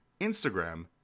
Instagram